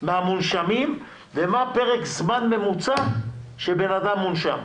מהמונשמים ומה פרק זמן ממוצע שאדם מונשם?